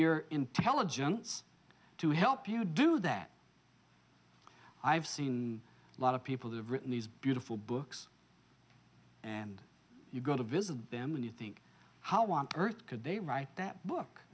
your intelligence to help you do that i've seen a lot of people who have written these beautiful books and you go to visit them and you think how one earth could they write that book